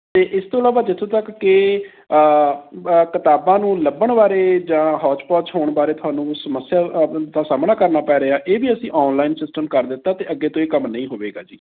ਅਤੇ ਇਸ ਤੋਂ ਇਲਾਵਾ ਜਿੱਥੋਂ ਤੱਕ ਕਿ ਕਿਤਾਬਾਂ ਨੂੰ ਲੱਭਣ ਬਾਰੇ ਜਾਂ ਹੋਚਪੋਚ ਹੋਣ ਬਾਰੇ ਤੁਹਾਨੂੰ ਸਮੱਸਿਆ ਦਾ ਸਾਹਮਣਾ ਕਰਨਾ ਪੈ ਰਿਹਾ ਇਹ ਵੀ ਅਸੀਂ ਔਨਲਾਈਨ ਸਿਸਟਮ ਕਰ ਦਿੱਤਾ ਅਤੇ ਅੱਗੇ ਤੋਂ ਇਹ ਕੰਮ ਨਹੀਂ ਹੋਵੇਗਾ ਜੀ